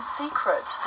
secret